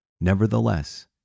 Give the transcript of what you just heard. Nevertheless